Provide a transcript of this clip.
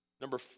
Number